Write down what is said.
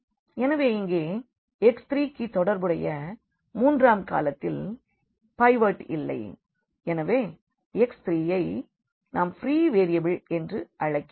எனவே இங்கே x3க்கு தொடர்புடைய மூன்றாம் காலத்தில் பைவோட் இல்லை இந்த x3ஐ நாம் ஃப்ரீ வேரியபிள் என்று அழைக்கிறோம்